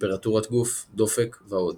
טמפרטורת גוף, דופק ועוד